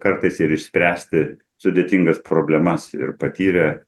kartais ir išspręsti sudėtingas problemas ir patyrę